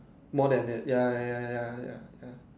more than that ya ya ya ya ya ya ya